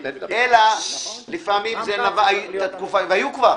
אלא לפעמים זה נבע מהתקופה ההיא והיו כבר